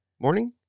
Morning